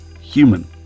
human